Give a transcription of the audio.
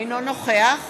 אינו נוכח